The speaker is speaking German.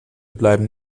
bleiben